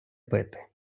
пити